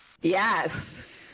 Yes